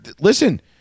listen